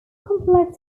complex